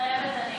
מתחייבת אני